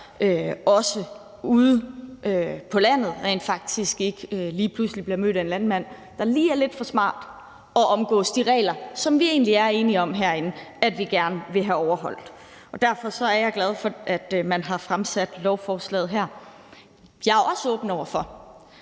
sig ude på landet, rent faktisk ikke lige pludselig bliver mødt af en landmand, der lige er lidt for smart og omgår de regler, som vi egentlig er enige om herinde at vi gerne vil have bliver overholdt. Derfor er jeg glad for, at man har fremsat lovforslaget her. Jeg er også åben over for,